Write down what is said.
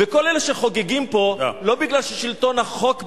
וכל אלה שחוגגים פה, לא מפני ששלטון החוק בגרונם,